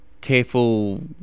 careful